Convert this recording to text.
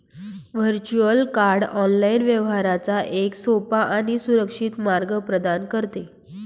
virtual card online व्यवहारांचा एक सोपा आणि सुरक्षित मार्ग प्रदान करते